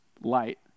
light